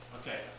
Okay